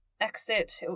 Exit